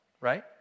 right